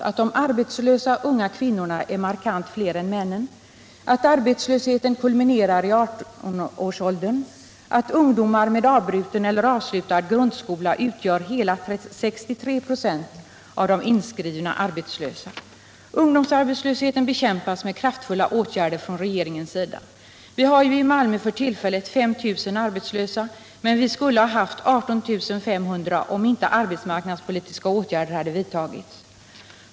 att de arbetslösa unga kvinnorna är markant fler än männen, att arbetslösheten kulminerar i 18-årsåldern och att ungdomar med avbruten eller avslutad grundskola utgör hela 63 96 av de inskrivna arbetslösa. Ungdomsarbetslösheten bekämpas med kraftfulla åtgärder från regeringens sida. Vi har i Malmö för tillfället 5 000 arbetslösa, men vi skulle ha haft 18 500 om inte arbetsmarknadspolitiska åtgärder hade vidtagits.